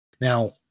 Now